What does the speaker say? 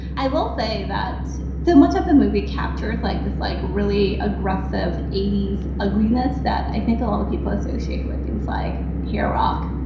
i will say that so much of the movie captures like this like really aggressive eighty s ugliness that i think a lot of people associate with things like hair rock.